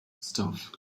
stuff